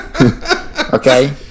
okay